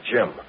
Jim